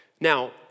Now